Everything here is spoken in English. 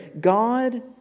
God